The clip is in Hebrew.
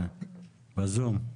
בזום.